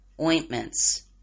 ointments